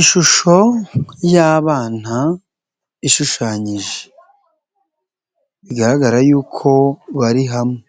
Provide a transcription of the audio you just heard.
Ishusho y'abana ishushanyije, bigaragara yuko bari hamwe